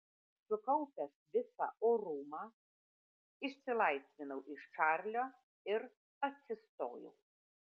sukaupęs visą orumą išsilaisvinau iš čarlio ir atsistojau